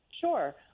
Sure